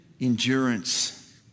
endurance